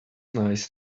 nice